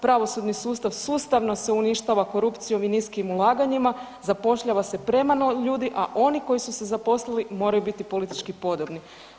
Pravosudni sustav sustavno se uništava korupcijom i niskim ulaganjima, zapošljava se premalo ljudi, a oni koji su se zaposlili moraju biti politički podobni.